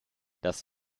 das